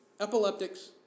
epileptics